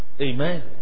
Amen